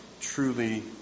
truly